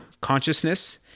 consciousness